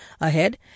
Ahead